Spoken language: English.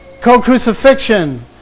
co-crucifixion